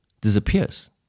disappears